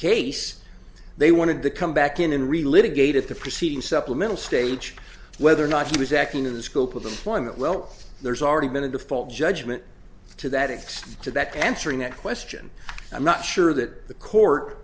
case they wanted to come back in and really litigators the proceedings supplemental stage whether or not he was acting in the scope of the employment well there's already been a default judgment to that extent to that answering that question i'm not sure that the court